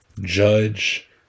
judge